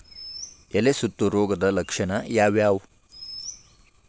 ಎಲೆ ಸುತ್ತು ರೋಗದ ಲಕ್ಷಣ ಯಾವ್ಯಾವ್?